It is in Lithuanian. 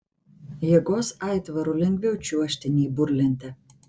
jėgos aitvaru lengviau čiuožti nei burlente